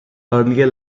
earlier